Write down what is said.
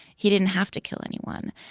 he didn't have to kill anyone.